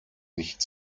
nicht